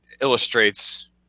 illustrates